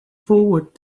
forward